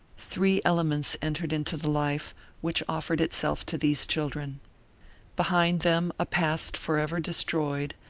three elements entered into the life which offered itself to these children behind them a past forever destroyed,